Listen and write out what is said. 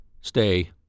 Stay